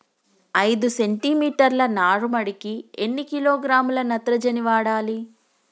ఐదు సెంటిమీటర్ల నారుమడికి ఎన్ని కిలోగ్రాముల నత్రజని వాడాలి?